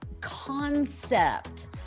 concept